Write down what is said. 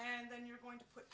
and then you're going to put